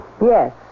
Yes